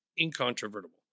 incontrovertible